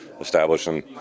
establishing